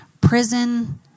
prison